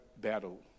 battle